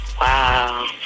Wow